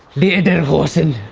lederhosen!